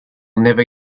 never